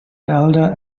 elder